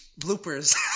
Bloopers